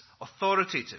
authoritative